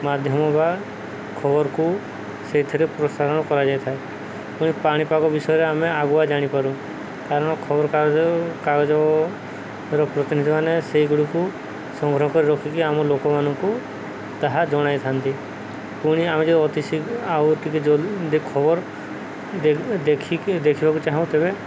ମାଧ୍ୟମ ବା ଖବରକୁ ସେଇଥିରେ ପ୍ରୋତ୍ସାହନ କରାଯାଇ ଥାଏ ପୁଣି ପାଣିପାଗ ବିଷୟରେ ଆମେ ଆଗୁଆ ଜାଣିପାରୁ କାରଣ ଖବର କାଗଜ କାଗଜର ପ୍ରତିନିଧୀ ମାନେ ସେଇଗୁଡ଼ିକୁ ସଂଗ୍ରହ କରି ରଖିକି ଆମ ଲୋକମାନଙ୍କୁ ତାହା ଜଣାଇଥାନ୍ତି ପୁଣି ଆମେ ଯେଉଁ ଅତିସି ଆଉ ଟିକେ ଜ ଦେ ଖବର ଦେ ଦେଖିକି ଦେଖିବାକୁ ଚାହୁଁ ତେବେ